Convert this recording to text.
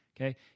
Okay